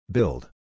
Build